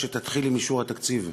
שתתחיל עם אישור התקציב.